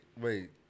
wait